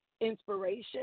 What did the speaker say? inspiration